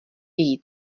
její